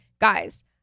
guys